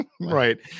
right